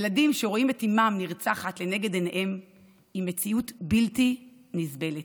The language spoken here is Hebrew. ילדים שרואים את אימם נרצחת לנגד עיניהם זו מציאות בלתי נסבלת.